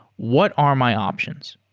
what are my options?